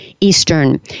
Eastern